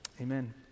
Amen